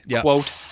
Quote